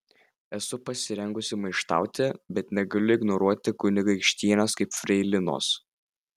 esu pasirengusi maištauti bet negaliu ignoruoti kunigaikštienės kaip freilinos